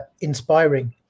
inspiring